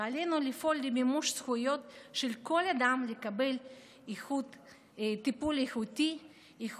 ועלינו לפעול למימוש זכויות של כל אדם לקבל טיפול נאות